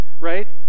right